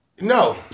No